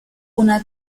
una